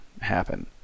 happen